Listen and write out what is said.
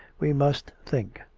we must think.